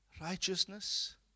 righteousness